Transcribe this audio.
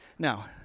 Now